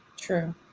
True